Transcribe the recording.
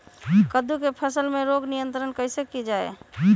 कददु की फसल में रोग नियंत्रण कैसे किया जाए?